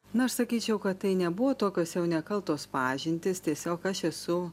na aš sakyčiau kad tai nebuvo tokios jau nekaltos pažintys tiesiog aš esu